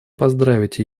поздравить